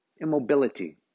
immobility